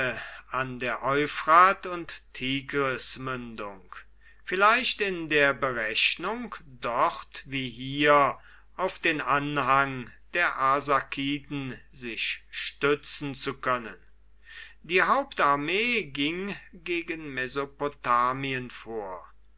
an der euphrat und tigrismündung vielleicht in der berechnung dort wie hier auf den anhang der arsakiden sich stützen zu können die hauptarmee ging gegen mesopotamien vor